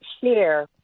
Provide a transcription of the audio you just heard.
share